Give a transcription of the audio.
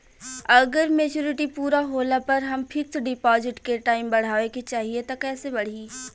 अगर मेचूरिटि पूरा होला पर हम फिक्स डिपॉज़िट के टाइम बढ़ावे के चाहिए त कैसे बढ़ी?